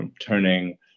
turning